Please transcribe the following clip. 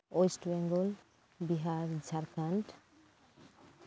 west Bengal Bihar Jharkhand